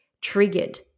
triggered